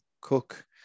Cook